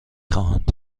خواهند